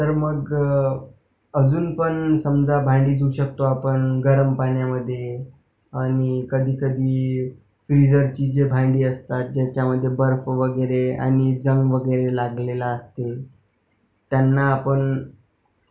तर मग अजून पण समजा भांडी धुवू शकतो आपण गरम पाण्यामधे आणि कधीकधी फ्रीझरची जे भांडी असतात ज्याच्यामधे बर्फ वगैरे आणि गंज वगैरे लागलेला असते त्यांना आपण